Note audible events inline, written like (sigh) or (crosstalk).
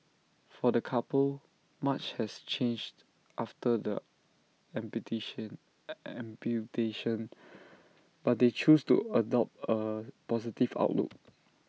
for the couple much has changed after the (unintelligible) amputation but they choose to adopt A positive outlook